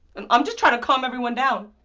um i'm just trying to calm everyone down.